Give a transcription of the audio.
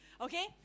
Okay